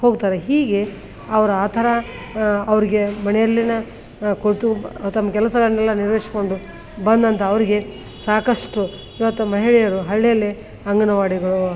ಹೋಗ್ತಾರೆ ಹೀಗೆ ಅವರು ಆ ಥರ ಅವರಿಗೆ ಮನೆಯಲ್ಲಿನೆ ಕೂತು ತಮ್ಮ ಕೆಲಸವನ್ನೆಲ್ಲ ನೆರವೇರಿಸ್ಕೊಂಡು ಬಂದಂತ ಅವರಿಗೆ ಸಾಕಷ್ಟು ಇವತ್ತು ಮಹಿಳೆಯರು ಹಳ್ಳಿಯಲ್ಲಿ ಅಂಗನವಾಡಿಗೋ